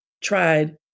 tried